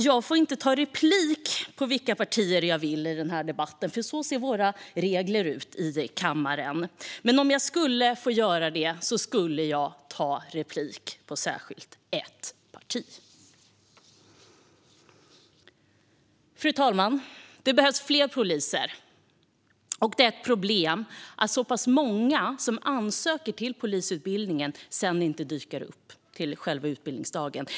Jag får inte ta replik på vilka talare som helst i den här debatten, för så ser våra regler ut i kammaren. Men om jag skulle få göra det skulle jag ta replik särskilt på ett parti. Fru talman! Det behövs fler poliser, och det är ett problem att många av dem som ansöker till polisutbildningen sedan inte dyker upp och påbörjar utbildningen.